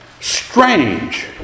strange